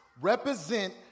represent